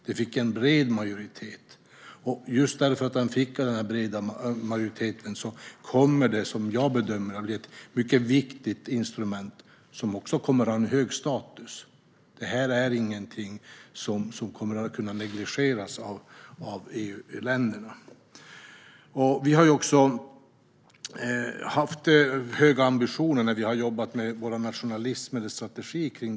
Det fick en bred majoritet, och just därför kommer det, som jag bedömer det, att bli ett mycket viktigt instrument med en hög status. Detta är ingenting som kommer att kunna negligeras av EU-länderna. Vi har haft höga ambitioner när vi har jobbat med vår nationella strategi på detta område.